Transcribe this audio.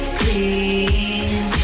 clean